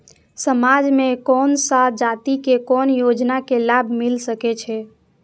समाज में कोन सा जाति के कोन योजना के लाभ मिल सके छै?